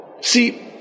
See